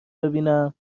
ببینم